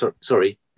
sorry